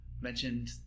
mentioned